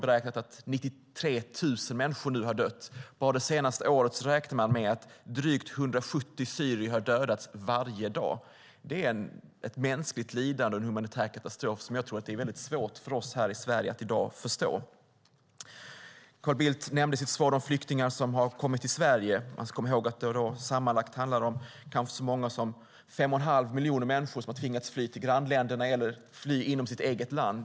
Enligt FN har 93 000 människor nu dödats. Bara det senaste året räknar man med att drygt 170 syrier har dödats varje dag. Det är ett mänskligt lidande och en humanitär katastrof som jag tror att det är svårt för oss här i Sverige i dag att förstå. Carl Bildt nämnde i sitt svar de flyktingar som har kommit till Sverige. Man ska komma ihåg att det sammanlagt handlar om kanske fem och en halv miljon människor som har tvingats fly till grannländerna eller inom sitt eget land.